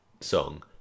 song